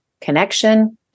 connection